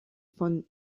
von